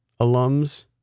alums